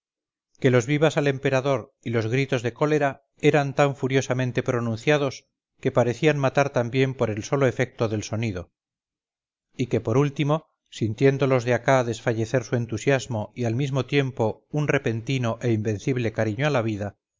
que los vivas al emperador y los gritos de cólera eran tan furiosamente pronunciados que parecían matar también por el solo efecto del sonido y que por último sintiendo los de acá desfallecer su entusiasmo y al mismo tiempo un repentino e invencible cariño a la vida